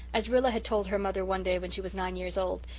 as rilla had told her mother one day when she was nine years old,